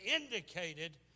indicated